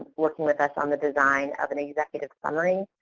working with us on the design of an executive summary.